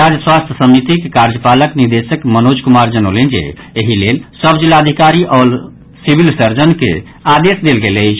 राज्य स्वास्थ्य समितिक कार्यपालक निदेशक मनोज कुमार जनौलनि जे एहि लेल सभ जिलाधिकारी आओर सिविल सर्जन के आदेश देल गेल अछि